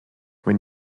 when